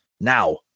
Now